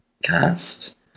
cast